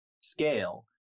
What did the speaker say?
scale